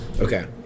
okay